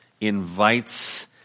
invites